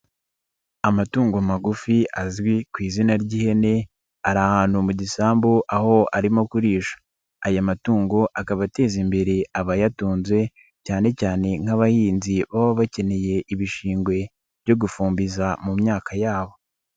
Amatungo magufi azwi ku izina ry'ihene, ari ahantu mu gisambu aho arimo kuririsha, aya matungo akaba ateza imbere abayatunze cyane cyane nk'abahinzi baba bakeneye ibishingwe byo gufumbiza mu myaka yabo.